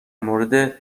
مورد